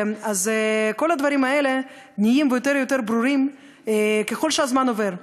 כל הדברים האלה נהיים יותר ויותר ברורים ככל שהזמן עובר.